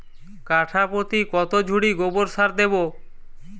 কাঠাপ্রতি কত ঝুড়ি গোবর সার দেবো?